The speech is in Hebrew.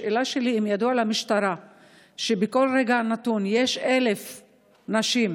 השאלה שלי היא: אם ידוע למשטרה שבכל רגע נתון יש 1,000 נשים,